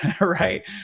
right